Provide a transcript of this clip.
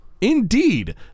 Indeed